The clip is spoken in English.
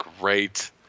great